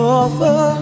offer